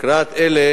לקראת אלה